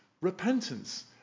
repentance